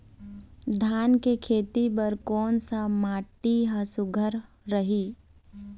धान के खेती बर कोन सा माटी हर सुघ्घर रहेल?